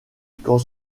quand